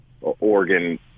Oregon